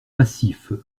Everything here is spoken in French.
massifs